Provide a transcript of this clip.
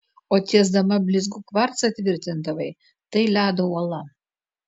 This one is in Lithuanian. o tiesdama blizgų kvarcą tvirtindavai tai ledo uola